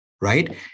right